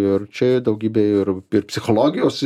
ir čia daugybė ir ir psichologijos